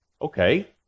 Okay